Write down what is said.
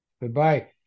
Goodbye